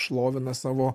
šlovina savo